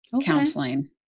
counseling